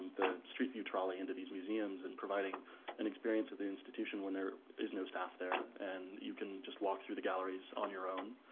the street view trolley into these museums and providing an experience of the institution when there is no staff there and you can just walk through the galleries on your own.